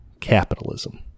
capitalism